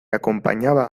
acompañaba